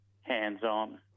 hands-on